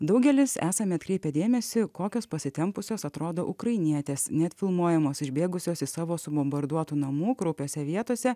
daugelis esame atkreipę dėmesį kokios pasitempusios atrodo ukrainietės net filmuojamos išbėgusios į savo subombarduotų namų kraupiose vietose